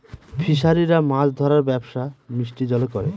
ফিসারিরা মাছ ধরার ব্যবসা মিষ্টি জলে করে